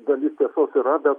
dalis tiesos yra bet